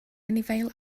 anifail